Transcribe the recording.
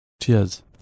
Cheers